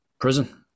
prison